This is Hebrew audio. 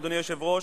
אדוני היושב-ראש,